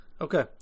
Okay